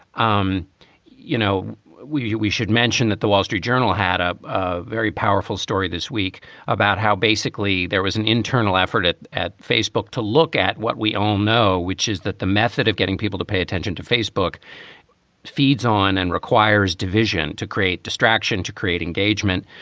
um you know, we we should mention that the wall street journal had a ah very powerful story this week about how basically there was an internal effort at at facebook to look at what we all know, which is that the method of getting people to pay attention to facebook feeds on and requires division to create distraction, to create engagement.